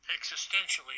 existentially